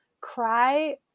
cry